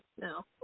no